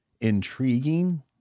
intriguing